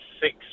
Six